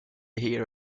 hear